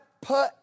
put